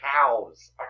cows